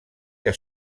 que